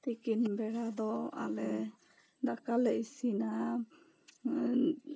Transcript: ᱛᱤᱠᱤᱱ ᱵᱮᱲᱟ ᱫᱚ ᱟᱞᱮ ᱫᱟᱠᱟ ᱞᱮ ᱤᱥᱤᱱᱟ